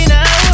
Now